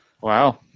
Wow